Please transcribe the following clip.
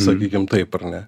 sakykim taip ar ne